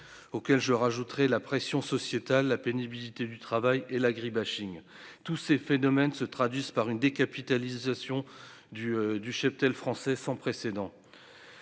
auquel je rajouterai la pression sociétale, la pénibilité du travail et l'agri-bashing tous ces phénomènes se traduisent par une décapitalisation du du cheptel français sans précédent,